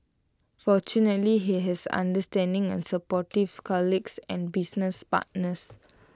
fortunately he has understanding and supportive colleagues and business partners